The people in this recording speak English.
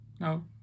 No